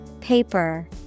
Paper